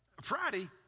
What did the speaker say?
Friday